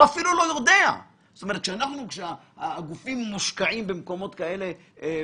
הוא אפילו לא יודע שהגופים מושקעים במקומות כאלה ואחרים.